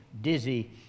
dizzy